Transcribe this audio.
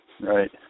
Right